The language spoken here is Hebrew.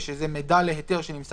אחרי פרט (5) יבוא: "(6)מידע להיתר שנמסר